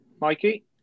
Mikey